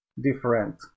different